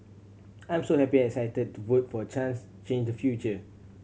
I'm so happy and excited to vote for a chance change the future